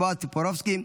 בועז טופורובסקי,